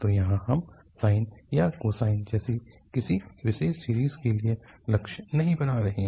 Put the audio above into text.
तो यहाँ हम साइन या कोसाइन जैसी किसी विशेष सीरीज़ के लिए लक्ष्य नहीं बना रहे हैं